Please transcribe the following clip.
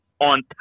on